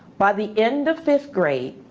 by the end of fifth grade,